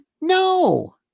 No